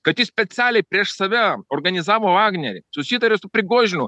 kad jis specialiai prieš save organizavo vagnerį susitarė su prigožinu